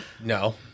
No